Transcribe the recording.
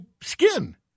skin